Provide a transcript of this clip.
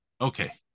Okay